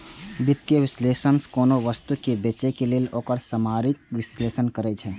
वित्तीय विश्लेषक कोनो वस्तु कें बेचय लेल ओकर सामरिक विश्लेषण करै छै